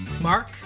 Mark